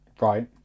Right